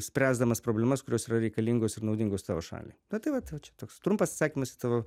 spręsdamas problemas kurios yra reikalingos ir naudingus tavo šaliai na tai va tai vat čia toks trumpas atsakymas į tavo